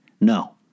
No